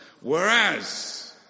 Whereas